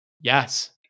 yes